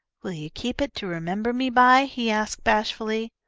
will you keep it to remember me by? he asked, bashfully.